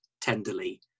tenderly